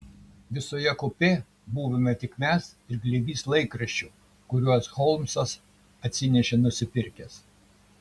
visoje kupė buvome tik mes ir glėbys laikraščių kuriuos holmsas atsinešė nusipirkęs